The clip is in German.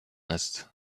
ist